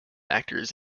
actors